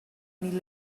only